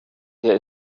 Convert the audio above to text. der